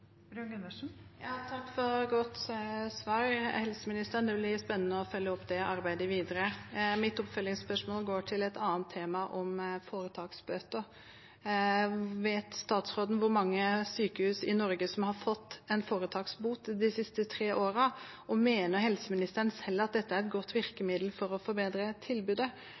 Takk for godt svar fra helseministeren – det blir spennende å følge opp det arbeidet videre. Mitt oppfølgingsspørsmål går på et annet tema: foretaksbøter. Vet statsråden hvor mange sykehus i Norge som har fått en foretaksbot de siste tre årene? Og mener helseministeren selv at dette er et godt virkemiddel for å forbedre tilbudet?